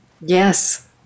Yes